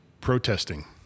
protesting